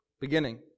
beginning